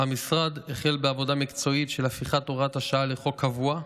המשרד החל בעבודה מקצועית של הפיכת הוראת השעה לחוק קבוע,